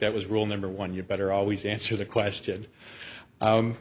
that was rule number one you better always answer the question